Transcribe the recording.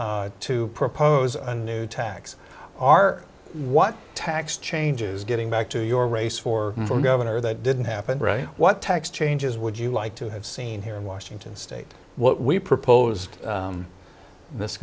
to propose a new tax are what tax changes getting back to your race for governor that didn't happen what tax changes would you like to have seen here in washington state what we proposed this